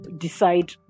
decide